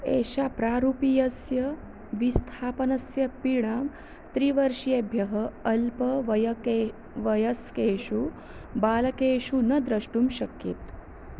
एषा प्रारूपीयस्य विस्थापनस्य पीडां त्रिवर्षेभ्यः अल्पवयस्के वयस्केषु बालकेषु न द्रष्टुं शक्येत